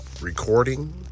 recording